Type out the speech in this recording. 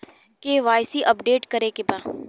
KYC update करे के बा?